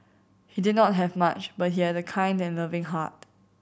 he did not have much but he had a kind and loving heart